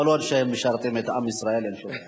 כל עוד הם משרתים את עם ישראל אין שום בעיה.